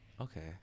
okay